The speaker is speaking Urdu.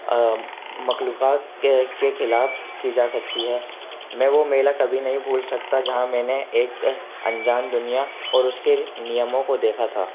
مقلوقات کے کے خلاف کی جا سکتی ہے میں وہ میلا کبھی نہیں بھول سکتا جہاں میں نے ایک انجان دنیا اور اس کے نیموں کو دیکھا تھا